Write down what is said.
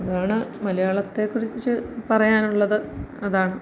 അതാണ് മലയാളത്തെക്കുറിച്ച് പറയാനുള്ളത് അതാണ്